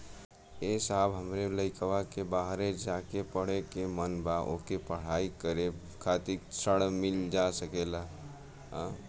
ए साहब हमरे लईकवा के बहरे जाके पढ़े क मन बा ओके पढ़ाई करे खातिर ऋण मिल जा सकत ह?